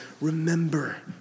remember